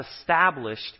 established